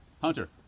Hunter